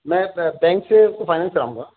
میں بینک سے فائننس کراؤں گا